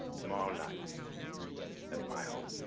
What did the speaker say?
tomorrow night at my home.